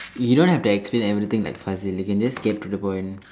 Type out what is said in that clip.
you don't have to explain everything like Fazil you can just get to the point